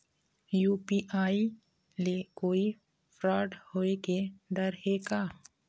UPI ले कोई fraud होए के डर हे का?